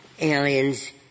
aliens